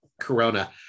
Corona